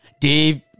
dave